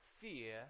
fear